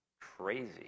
crazy